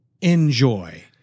Enjoy